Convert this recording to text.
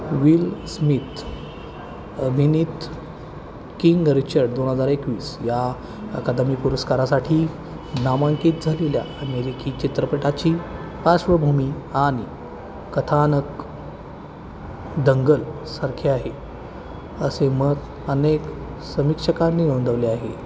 will Smith अभिनीत King Richard दोन हजार एकवीस या अकादमी पुरस्कारासाठी नामांकित झालेल्या अमेरिकी चित्रपटाची पार्श्वभूमी आणि कथानक दंगल सारखे आहे असे मत अनेक समीक्षकांनी नोंदवले आहे